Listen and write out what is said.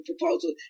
proposal